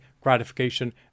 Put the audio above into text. gratification